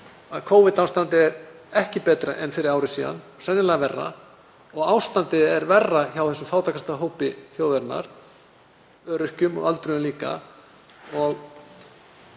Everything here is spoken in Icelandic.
að Covid-ástandið er ekki betra en fyrir ári síðan, sennilega verra, og ástandið er verra hjá þessum fátækasta hópi þjóðarinnar, öryrkjum og öldruðum líka.